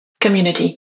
community